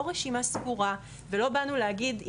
לא רשימה סגורה ולא באנו להגיד,